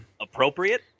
appropriate